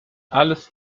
alles